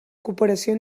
cooperació